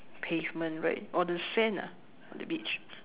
pavement right or the sand ah on the beach